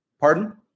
Pardon